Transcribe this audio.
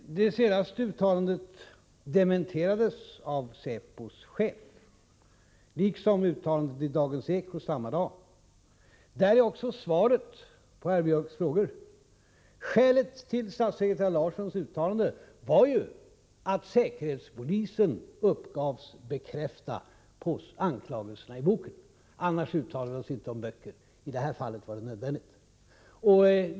Herr talman! Det redovisade uttalandet dementerades av säpos chef, liksom uttalandet i Dagens Eko samma dag. Däri ligger också svaret på herr Björcks frågor. Skälet till statssekreterare Larssons uttalande var ju att säkerhetspolisen uppgavs bekräfta anklagelserna i boken. Vi uttalar oss inte om böcker, men i det här fallet var det nödvändigt.